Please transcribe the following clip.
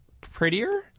prettier